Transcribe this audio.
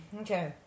Okay